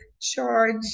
charge